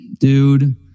Dude